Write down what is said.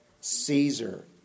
Caesar